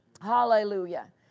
Hallelujah